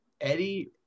Eddie